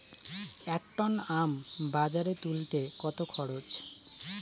এক টন আম বাজারে তুলতে কত খরচ?